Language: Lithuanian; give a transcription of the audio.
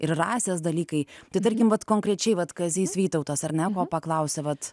ir rasės dalykai tai tarkim bet konkrečiai vat kazys vytautas ar ne paklausė vat